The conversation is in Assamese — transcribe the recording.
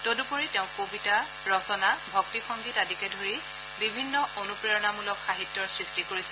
তদুপৰি তেওঁ কবিতা ৰচনা ভক্তি সংগীত আদিকে ধৰি বিভিন্ন অনুপ্ৰেৰণামূলক সাহিত্যৰ সৃষ্টি কৰিছিল